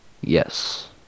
Yes